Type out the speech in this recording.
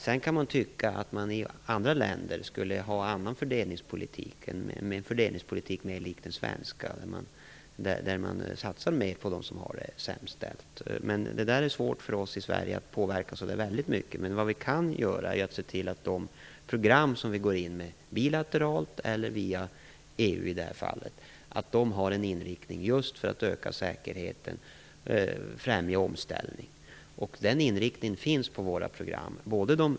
Det kan tyckas att man i andra länder borde ha en annan fördelningspolitik, mer lik den svenska, och satsa mer på dem som har det sämst ställt. Men det är svårt för oss i Sverige att påverka det särskilt mycket. Det vi kan göra är att se till att de program som vi går in med bilateralt eller via EU har en inriktning på att öka säkerheten och främja en omställning. Den inriktningen finns på våra program.